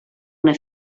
una